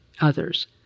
others